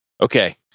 okay